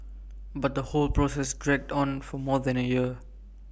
but the whole process dragged on for more than A year